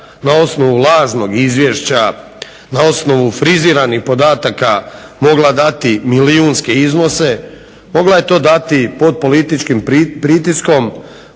na osnovu lažnog izvješća na osnovu friziranih podataka mogla dati milijunske iznose. Mogla je to dati pod političkim pritiskom